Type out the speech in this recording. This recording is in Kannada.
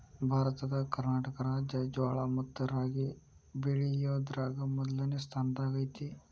ಭಾರತದ ಕರ್ನಾಟಕ ರಾಜ್ಯ ಜ್ವಾಳ ಮತ್ತ ರಾಗಿ ಬೆಳಿಯೋದ್ರಾಗ ಮೊದ್ಲನೇ ಸ್ಥಾನದಾಗ ಐತಿ